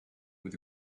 with